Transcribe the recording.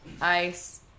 ice